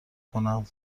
کنم